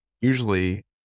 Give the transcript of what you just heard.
usually